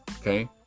okay